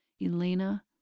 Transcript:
Elena